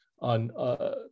on